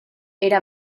era